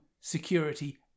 security